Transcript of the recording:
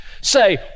say